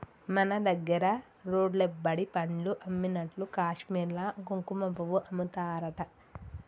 మన దగ్గర రోడ్లెమ్బడి పండ్లు అమ్మినట్లు కాశ్మీర్ల కుంకుమపువ్వు అమ్ముతారట